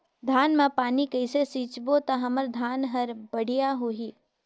धान मा पानी कइसे सिंचबो ता हमर धन हर बढ़िया होही?